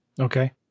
Okay